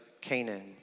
Canaan